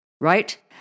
right